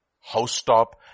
housetop